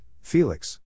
Felix